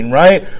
right